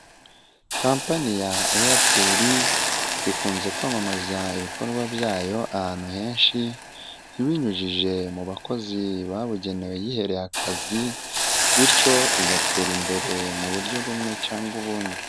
Kampani ya eyateli ikunze kwamamaza ibikorwa byayo ahantu henshi ibinyujije mu bakozi babugenewe yihereye akazi, bityo igatera imbere mu buryo bumwe cyangwa ubundi.